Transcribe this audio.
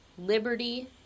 Liberty